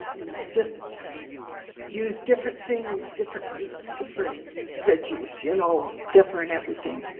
you know, just use different things, different meats, different veggies, you know, different everything.